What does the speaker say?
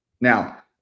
Now